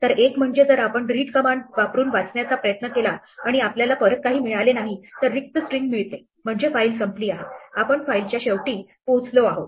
तर एक म्हणजे जर आपण रीड कमांड वापरून वाचण्याचा प्रयत्न केला आणि आम्हाला परत काही मिळाले नाही तर रिक्त स्ट्रिंग मिळते म्हणजे फाईल संपली आहे आपण फाईलच्या शेवटी पोहोचलो आहोत